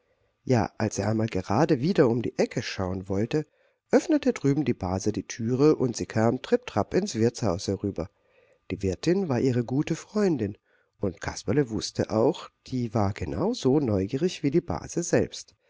ja als er einmal gerade wieder um die ecke schauen wollte öffnete drüben die base die türe und sie kam tripp trapp ins wirtshaus herüber die wirtin war ihre gute freundin und kasperle wußte auch die war genau so neugierig wie die base selbst